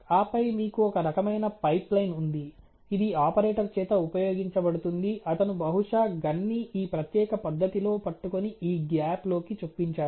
ఆపై మీకు ఒక రకమైన పైప్లైన్ ఉంది ఇది ఆపరేటర్ చేత ఉపయోగించబడుతుంది అతను బహుశా గన్ ని ఈ ప్రత్యేక పద్ధతిలో పట్టుకొని ఈ గ్యాప్ లోకి చొప్పించాడు